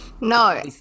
No